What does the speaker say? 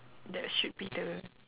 that should be the